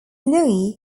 louis